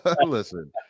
Listen